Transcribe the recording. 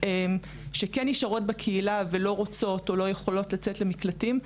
שכן נשארות בקהילה ולא רוצות או לא יכולות לצאת למקלטים.